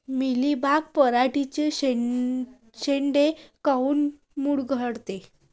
Mealybug पराटीचे चे शेंडे काऊन मुरगळते?